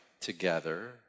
together